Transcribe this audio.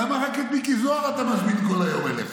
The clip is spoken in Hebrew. למה רק את מיקי זוהר אתה מזמין כל היום אליך?